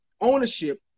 ownership